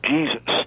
Jesus